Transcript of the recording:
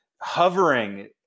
hovering